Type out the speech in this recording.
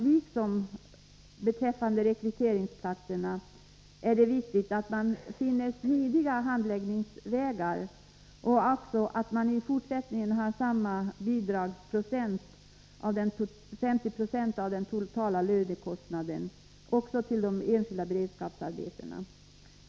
Liksom beträffande rekryteringsplatserna är det enligt vår mening viktigt att man finner smidiga handläggningsvägar, liksom att man i fortsättningen har samma bidrag — 50 96 av den totala lönekostnaden — till de enskilda beredskapsarbetena.